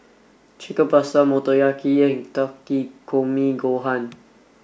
Chicken Pasta Motoyaki and Takikomi Gohan